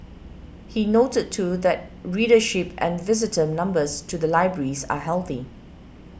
he noted too that readership and visitor numbers to the libraries are healthy